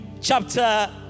chapter